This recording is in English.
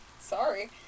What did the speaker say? Sorry